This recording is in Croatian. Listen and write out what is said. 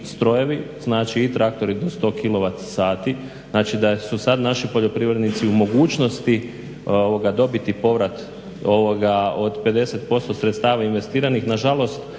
strojevi, znači i traktori do 100 kilovat sati. Znači, da su sad naši poljoprivrednici u mogućnosti dobiti povrat od 50% sredstava investiranih. Nažalost,